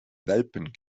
welpen